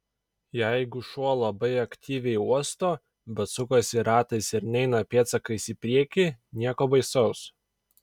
jeigu šuo labai aktyviai uosto bet sukasi ratais ir neina pėdsakais į priekį nieko baisaus